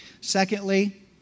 Secondly